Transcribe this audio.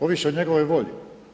Ovisi o njegovoj volji.